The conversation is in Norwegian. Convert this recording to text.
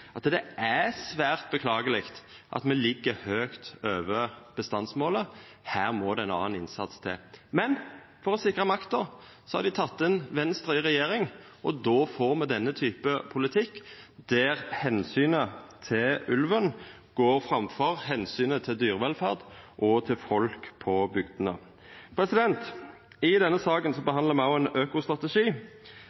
at det er svært beklageleg at me ligg høgt over bestandsmålet. Her må det ein annan innsats til. Men for å sikra makta har dei teke inn Venstre i regjering, og då får me denne typen politikk, der omsynet til ulven går framfor omsynet til dyrevelferd og til folk på bygdene. I denne saka